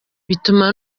bituma